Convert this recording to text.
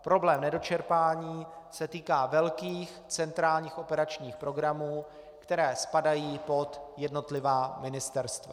Problém nedočerpání se týká velkých centrálních operačních programů, které spadají pod jednotlivá ministerstva.